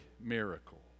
miracle